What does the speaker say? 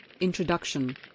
Introduction